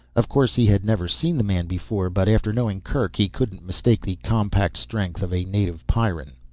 of course he had never seen the man before, but after knowing kerk he couldn't mistake the compact strength of a native pyrran.